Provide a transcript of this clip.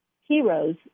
heroes